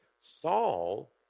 Saul